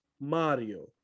mario